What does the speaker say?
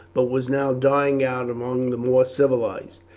but was now dying out among the more civilized.